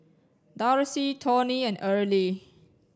Darcie Tawny and Earley